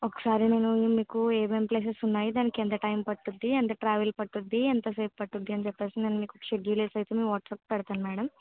ఒకసారి నేను మీకు ఏమేమి ప్లేసెస్ ఉన్నాయి దానికి ఎంత టైమ్ పడుతుంది ఎంత ట్రావెల్ పడుతుంది ఎంతసేపు పడుతుంది అని చెప్పి నేను మీకు ఒక షెడ్యుల్ వేసి అయితే మీకు వాట్సప్ పెడతాను మేడం